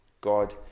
God